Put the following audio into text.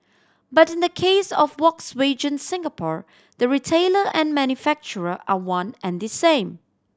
but in the case of Volkswagen Singapore the retailer and manufacturer are one and the same